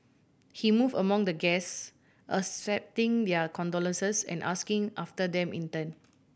he move among the guests accepting their condolences and asking after them in turn